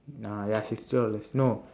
mm ah ya sixty dollars no